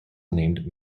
named